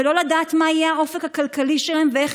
ולא לדעת מה יהיה האופק הכלכלי שלהם ואיך